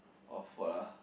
of what ah